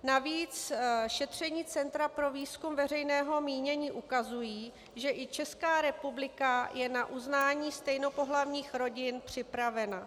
Navíc šetření Centra pro výzkum veřejného mínění ukazují, že i Česká republika je na uznání stejnopohlavních rodin připravena.